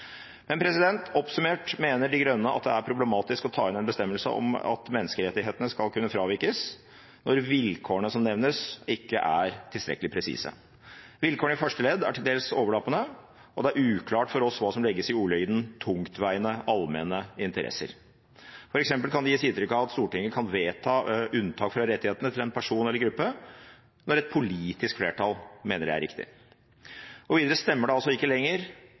Oppsummert mener De Grønne at det er problematisk å ta inn en bestemmelse om at menneskerettighetene skal kunne fravikes når vilkårene som nevnes, ikke er tilstrekkelig presise. Vilkårene i første ledd er til dels overlappende, og det er uklart for oss hva som legges i ordlyden «tungtveiende allmenne interesser». For eksempel kan det gis inntrykk av at Stortinget kan vedta unntak fra rettighetene til en person eller gruppe når et politisk flertall mener det er riktig. Videre stemmer ikke lenger